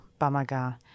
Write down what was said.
Bamaga